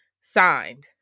signed